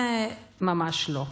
זה ממש לא.